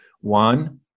One